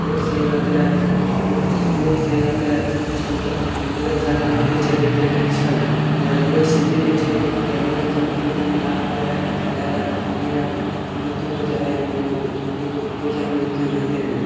road सही रहितै रहै रोड सही रहितै रहै छल तऽ एम्बुलेन्स आर तुरन्ते चलि अइतै छल इएहले रोड सहिए नहि छै तऽ एम्बुलेन्स आर तुरन्ते नहि आ पाबै हइ इएहले मरि आर मृत्यु हो जाइ हइ एगो दुइगो एगो हो जाइ हइ मृत्यु ओनाहितेमे